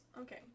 Okay